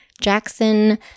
Jackson